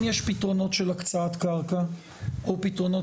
אם יש פתרונות של הקצאת קרקע או פתרונות